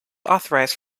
authorised